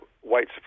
white